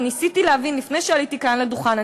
וניסיתי להבין לפני שעליתי כאן לדוכן,